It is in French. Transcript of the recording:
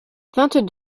vingt